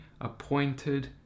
appointed